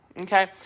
Okay